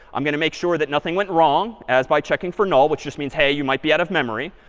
i'm going to make sure that nothing went wrong, as by checking for null, which just means, hey, you might be out of memory.